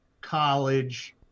college